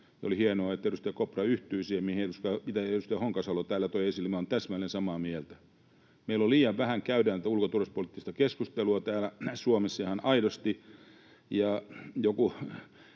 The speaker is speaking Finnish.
hienoa, että edustaja Kopra yhtyi siihen, mitä edustaja Honkasalo täällä toi esille. Olen täsmälleen samaa mieltä: meillä liian vähän käydään ulko- ja turvallisuuspoliittista keskustelua täällä Suomessa ihan aidosti,